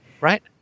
Right